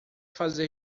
fazer